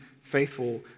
faithful